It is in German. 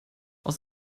aus